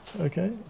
Okay